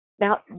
Now